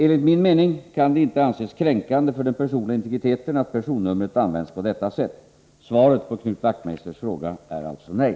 Enligt min mening kan det inte anses kränkande för den personliga integriteten att personnumret används på detta sätt. Svaret på Knut Wachtmeisters fråga är alltså nej.